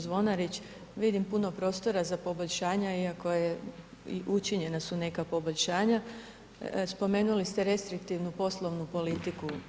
Zvonarić, vidim puno prostora za poboljšanja iako je i učinjena su neka poboljšanja, spomenuli ste restriktivnu poslovnu politiku.